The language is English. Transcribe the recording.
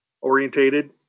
orientated